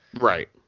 Right